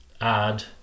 add